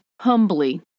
humbly